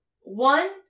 one